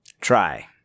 Try